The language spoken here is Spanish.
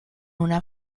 una